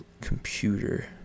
computer